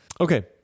Okay